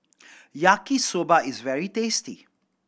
Yaki Soba is very tasty